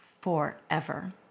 forever